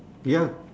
ya